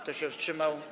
Kto się wstrzymał?